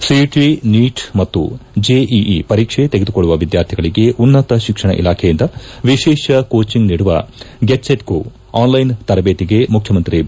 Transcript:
CET NEET ಮತ್ತು JEE ಪರೀಕ್ಷೆ ತೆಗೆದುಕೊಳ್ಳುವ ವಿದ್ವಾರ್ಥಿಗಳಿಗೆ ಉನ್ನತ ಶಿಕ್ಷಣ ಇಲಾಖೆಯಿಂದ ವಿಶೇಷ ಕೋಚಂಗ್ ನೀಡುವ ಗೆಟ್ ಸೆಟ್ ಗೋ ಆನ್ಲೈನ್ ತರಜೇತಿಗೆ ಮುಖ್ಯಮಂತ್ರಿ ಬಿ